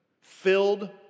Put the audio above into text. filled